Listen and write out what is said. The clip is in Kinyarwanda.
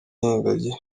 ingagi